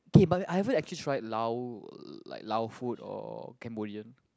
okay but have you ever actually try Lao like Lao food or Cambodian